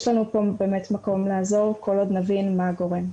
לנו פה באמת מקום לעזור כל עוד נבין מה הגורם.